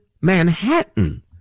Manhattan